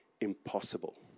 impossible